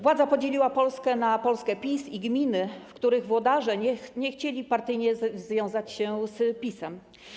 Władza podzieliła Polskę na Polskę PiS i gminy, w których włodarze nie chcieli partyjnie związać się z PiS-em.